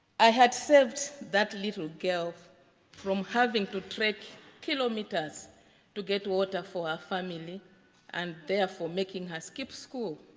i had saved that little girl from having to trek kilometres to get water for a family and therefore making her skip school.